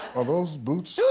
are those boots?